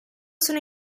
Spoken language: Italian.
sono